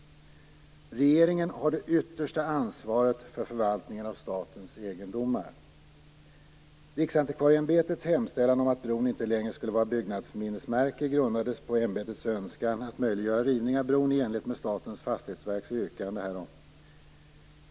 Regeringen har det yttersta ansvaret för förvaltningen av statens egendomar. Riksantikvarieämbetets hemställan om att bron inte längre skulle vara byggnadsminnesmärke grundades på ämbetets önskan att möjliggöra rivning av bron i enlighet med Statens fastighetsverks yrkande härom.